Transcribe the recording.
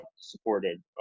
supported